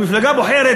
המפלגה בוחרת,